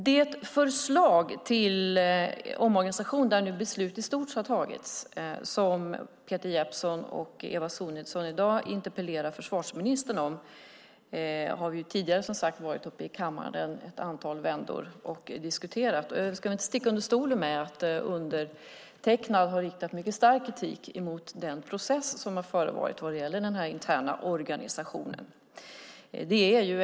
Det förslag till omorganisation där nu beslut i stort har tagits som Peter Jeppsson och Eva Sonidsson i dag interpellerar försvarsministern om har, som sagt, varit uppe i kammaren ett antal vändor och diskuterats tidigare. Jag ska inte sticka under stol med att undertecknad har riktat mycket stark kritik mot den process som har förevarit vad gäller den interna organisationen.